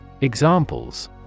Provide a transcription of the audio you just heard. Examples